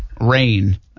rain